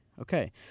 Okay